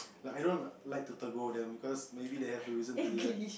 like I don't like to them because maybe they have a reason to do that